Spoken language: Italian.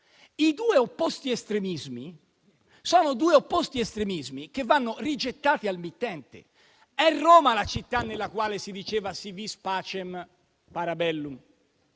con il Risiko. Sono due opposti estremismi che vanno rigettati al mittente. È Roma la città nella quale si diceva «*si vis pacem, para bellum*».